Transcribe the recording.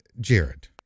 Jared